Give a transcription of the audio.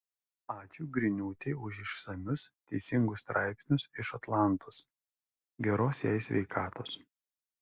ačiū griniūtei už išsamius teisingus straipsnius iš atlantos geros jai sveikatos